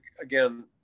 again